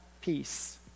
peace